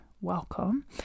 welcome